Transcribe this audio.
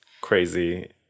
crazy